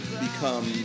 Become